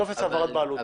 טופס העברת בעלות.